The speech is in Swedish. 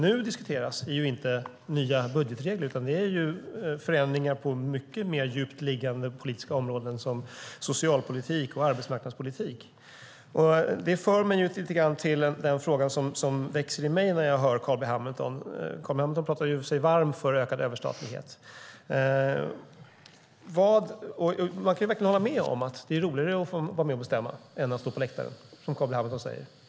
Nu diskuteras inte nya budgetregler utan förändringar på mycket djupare liggande politiska områden, såsom socialpolitik och arbetsmarknadspolitik. Det för mig in på den fråga som väcks när jag hör Carl B Hamilton tala sig varm för ökad överstatlighet. Jag kan verkligen hålla med om att det är roligare att få vara med och bestämma än att stå på läktaren, som Carl B Hamilton säger.